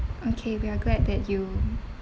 okay we're glad that you